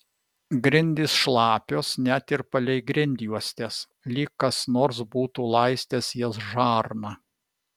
grindys šlapios net ir palei grindjuostes lyg kas nors būtų laistęs jas žarna